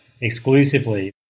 exclusively